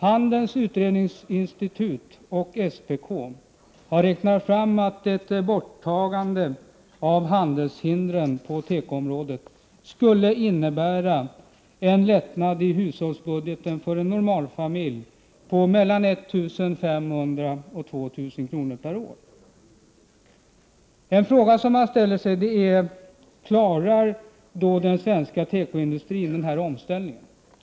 Handelns utredningsinstitut och SPK har räknat fram att ett borttagande av handelshindren på tekoområdet skulle innebära en lättnad i hushållsbudgeten för en normalfamilj med mellan 1 500 Prot. 1988/89:47 och 2 000 kr. per år. 16 december 1988 Den fråga som man då ställer sig är: Klarar den svenska tekoindustrin den här omställningen?